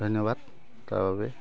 ধন্যবাদ তাৰ বাবে